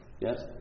Yes